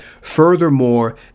Furthermore